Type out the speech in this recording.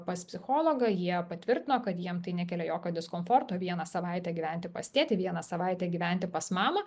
pas psichologą jie patvirtino kad jiem tai nekelia jokio diskomforto vieną savaitę gyventi pas tėtį vieną savaitę gyventi pas mamą